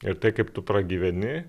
ir tai kaip tu pragyveni